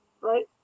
right